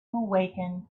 awaken